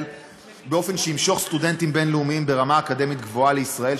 באופן שימשוך סטודנטים בין-לאומיים ברמה אקדמית גבוהה לישראל,